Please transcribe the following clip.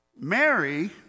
Mary